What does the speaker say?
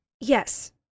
Yes